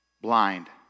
Blind